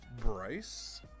Bryce